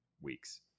weeks